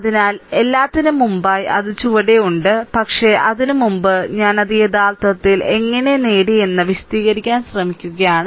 അതിനാൽ എല്ലാത്തിനും മുമ്പായി അത് ചുവടെയുണ്ട് പക്ഷേ അതിനുമുമ്പ് ഞാൻ അത് യഥാർത്ഥത്തിൽ എങ്ങനെ നേടി എന്ന് വിശദീകരിക്കാൻ ശ്രമിക്കുകയാണ്